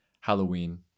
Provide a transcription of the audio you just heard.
Halloween